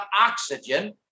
oxygen